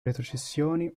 retrocessioni